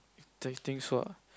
don't think so ah